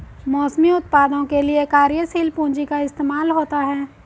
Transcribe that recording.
मौसमी उत्पादों के लिये कार्यशील पूंजी का इस्तेमाल होता है